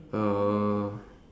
oh